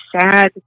sad